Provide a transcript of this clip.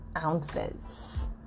ounces